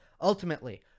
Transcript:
ultimately